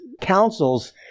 councils